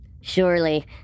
Surely